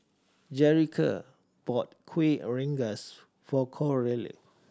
Jerrica bought Kueh Rengas for Coralie